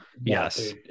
yes